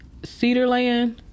Cedarland